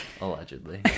Allegedly